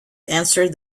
answered